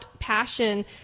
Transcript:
passion